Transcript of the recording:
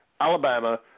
Alabama